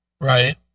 Right